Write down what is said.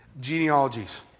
genealogies